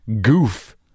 goof